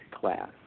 class